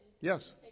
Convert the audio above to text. Yes